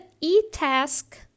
e-task